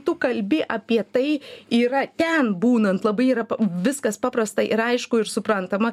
tu kalbi apie tai yra ten būnant labai yra viskas paprasta ir aišku ir suprantama